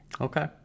Okay